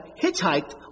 hitchhiked